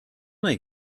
they